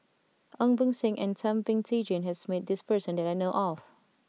Ong Beng Seng and Thum Ping Tjin has met this person that I know of